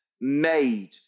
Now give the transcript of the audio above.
made